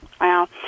wow